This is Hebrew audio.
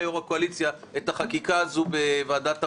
יו"ר הקואליציה את החקיקה הזו בוועדת הפנים.